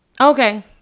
Okay